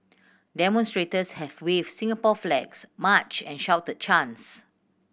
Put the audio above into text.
demonstrators had waved Singapore flags marched and shouted chants